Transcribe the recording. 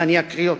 ואני אקריא אותה: